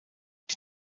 die